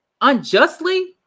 unjustly